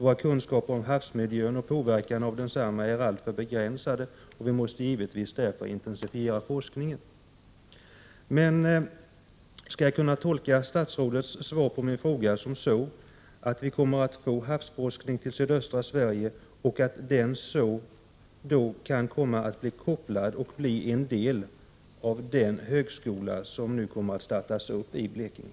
Våra kunskaper om havsmiljön och påverkan av densamma är alltför begränsade. Därför måste vi givetvis intensifiera forskningen. Skall jag tolka statsrådets svar på min fråga så att vi kommer att få havsforskning till sydöstra Sverige och att den kan komma att bli kopplad till och bli en del av den högskola som nu kommer att startas i Blekinge?